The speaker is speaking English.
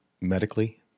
medically